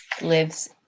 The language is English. lives